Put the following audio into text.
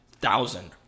thousand